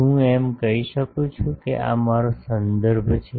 શું હું એમ કહી શકું છું કે આ મારો સંદર્ભ છે